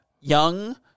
Young